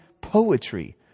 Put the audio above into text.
poetry